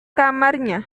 kamarnya